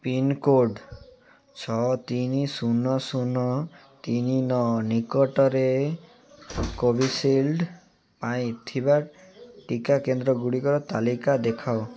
pincode ଛଅ ତିନି ଶୂନ ଶୂନ ତିନି ନଅ ନିକଟରେ କୋଭିସିଲ୍ଡ଼୍ ପାଇଁ ଥିବା ଟିକା କେନ୍ଦ୍ରଗୁଡ଼ିକର ତାଲିକା ଦେଖାଅ